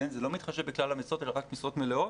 זה לא מתחשב בכלל המשרות, אלא רק משרות מלאות,